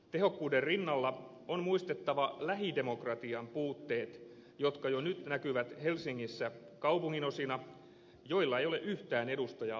tehokkuuden rinnalla on muistettava lähidemokratian puutteet jotka jo nyt näkyvät helsingissä kaupunginosina joilla ei ole yhtään edustajaa valtuustoissa